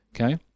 Okay